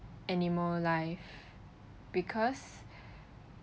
animal life because